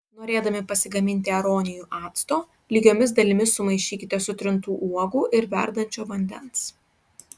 norėdami pasigaminti aronijų acto lygiomis dalimis sumaišykite sutrintų uogų ir verdančio vandens